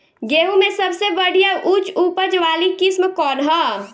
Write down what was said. गेहूं में सबसे बढ़िया उच्च उपज वाली किस्म कौन ह?